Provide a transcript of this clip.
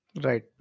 Right